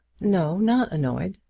no not annoyed.